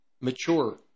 mature